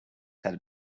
had